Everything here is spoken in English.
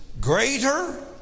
greater